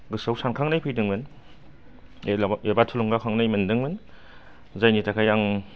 गोसोआव सानखांनाय फैदोंमोन एबा थुलुंगाखांनाय मोनदोंमोन जायनि थाखाय आं